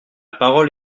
parole